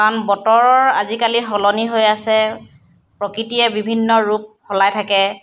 কাৰণ বতৰ আজিকালি সলনি হৈ আছে প্ৰকৃতিয়ে বিভিন্ন ৰূপ সলাই থাকে